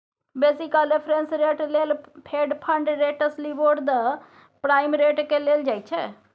बेसी काल reference rate लेल Fed fund rates, LIBOR, the prime रेटकेँ लेल जाइ छै